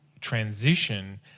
transition